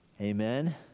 Amen